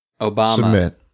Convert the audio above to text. Obama